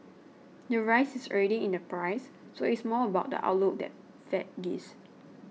the rise is already in the price so it's more about the outlook the Fed gives